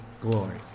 glory